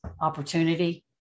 opportunity